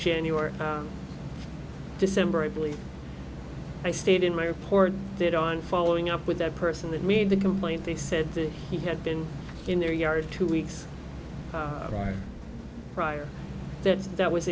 january december i believe i stated in my report that on following up with the person that made the complaint they said that he had been in their yard two weeks prior that that was